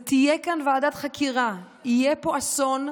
תהיה כאן ועדת חקירה, יהיה פה אסון,